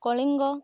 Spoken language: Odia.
କଳିଙ୍ଗ